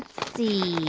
see. ah,